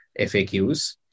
FAQs